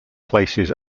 places